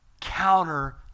counter